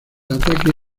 ataque